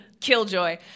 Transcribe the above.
killjoy